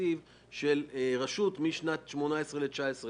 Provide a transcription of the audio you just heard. בתקציב של רשות משנת 2018 ל-2019.